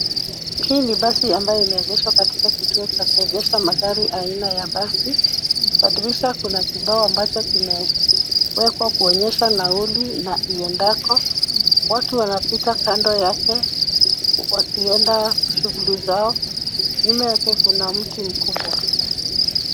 Hii ni basi ambayo imeegeshwa katika kituo cha kuegesha magari aina ya basi . Kwa dirisha kuna kibao ambacho kimewekwa kuonyesha nauli na iendako. Watu wanapita kando yake wakienda shughuli zao. Nyuma yake kuna mti mkubwa.